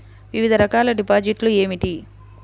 వివిధ రకాల డిపాజిట్లు ఏమిటీ?